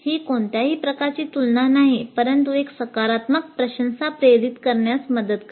ही कोणत्याही प्रकारची तुलना नाही परंतु एक सकारात्मक प्रशंसा प्रेरीत करण्यास मदत करते